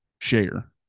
share